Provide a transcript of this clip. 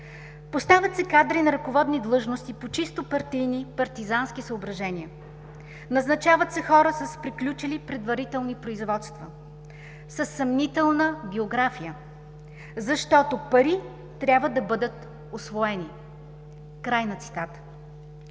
„Поставят се кадри на ръководни длъжности по чисто партийни, партизански съображения. Назначават се хора с приключили предварителни производства, със съмнителна биография, защото пари трябва да бъдат усвоени.“ Ето